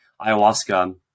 ayahuasca